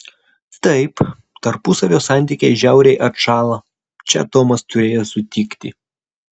taip tarpusavio santykiai žiauriai atšąla čia tomas turėjo sutikti